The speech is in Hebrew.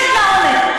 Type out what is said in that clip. קצת לעומק.